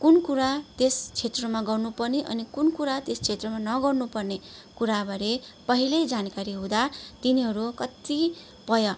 कुन कुरा त्यस क्षेत्रमा गर्नु पर्ने अनि कुन कुरा त्यस क्षेत्रमा नगर्नु पर्ने कुराबारे पहिल्यै जानकारी हुँदा तिनीहरू कतिपय